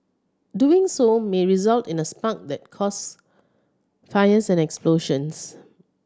doing so may result in a spark that causes fires and explosions